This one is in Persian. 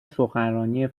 سخنرانی